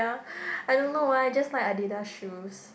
I don't know why I just like Adidas shoes